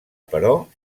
però